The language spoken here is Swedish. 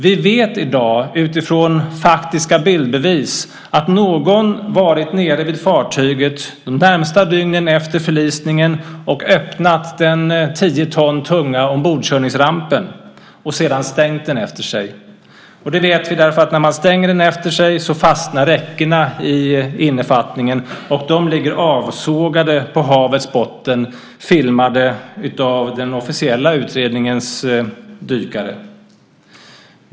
Vi vet i dag utifrån faktiska bildbevis att någon varit nere vid fartyget de närmaste dygnen efter förlisningen och öppnat den 10 ton tunga ombordkörningsrampen och sedan stängt den efter sig. Det vet vi därför att när man stänger den efter sig fastnar räckena i innefattningen. De ligger avsågade på havets botten filmade av den officiella utredningens dykare.